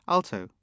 Alto